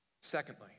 Secondly